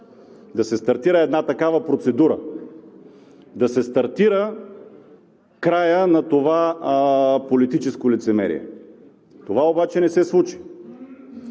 да се стартира една такава процедура, да се стартира края на това политическо лицемерие. Това обаче не се случи.